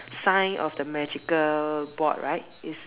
sign of the magical board right is